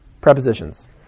prepositions